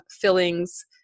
fillings